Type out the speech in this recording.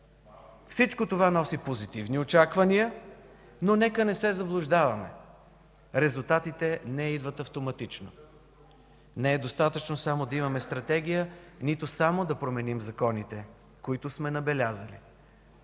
Всичко това носи позитивни очаквания, но нека не се заблуждаваме – резултатите не идват автоматично. Не е достатъчно само да имаме стратегия, нито само да променим законите, които сме набелязали.